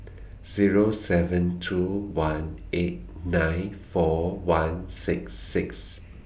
Zero seven two one eight nine four one six six